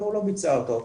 והוא לא ביצע אותו,